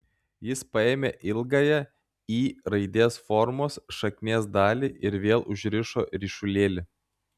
jis paėmė ilgąją y raidės formos šaknies dalį ir vėl užrišo ryšulėlį